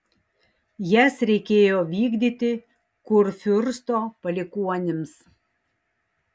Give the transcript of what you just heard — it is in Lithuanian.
jas reikėjo vykdyti kurfiursto palikuonims